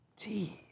Jeez